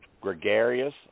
gregarious